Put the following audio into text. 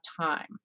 time